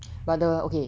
but the okay